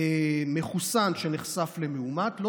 אבל